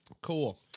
Cool